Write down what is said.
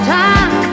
time